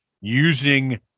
using